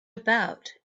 about